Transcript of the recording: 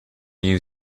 you